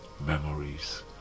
memories